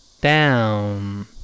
down